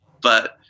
But-